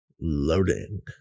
Loading